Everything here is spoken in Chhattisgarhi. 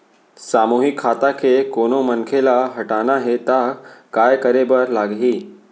सामूहिक खाता के कोनो मनखे ला हटाना हे ता काय करे बर लागही?